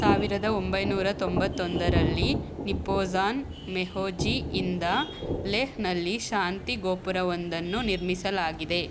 ಸಾವಿರದ ಒಂಬೈನೂರ ತೊಂಬತ್ತೊಂದರಲ್ಲಿ ನಿಪ್ಪೋಂಜಾನ್ ಮ್ಯೋಹೋಜಿಯಿಂದ ಲೇಹ್ನಲ್ಲಿ ಶಾಂತಿ ಗೋಪುರವೊಂದನ್ನು ನಿರ್ಮಿಸಲಾಗಿದೆ